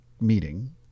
meeting